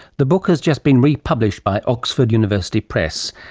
the book has just been republished by oxford university press.